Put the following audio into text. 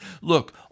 look